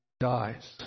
dies